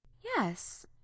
Yes